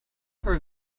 her